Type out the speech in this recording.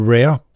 Rare